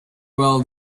well